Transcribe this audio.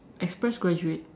express graduate